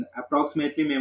approximately